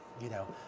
you know,